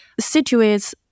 situates